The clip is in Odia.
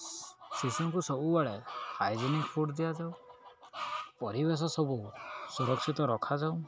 ଶିଶୁଙ୍କୁ ସବୁବେଳେ ହାଇଜେନିକ୍ ଫୁଡ଼୍ ଦିଆଯାଉ ପରିବେଶ ସବୁ ସୁରକ୍ଷିତ ରଖାଯାଉ